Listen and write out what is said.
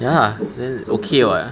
ya lah then okay [what]